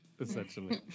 essentially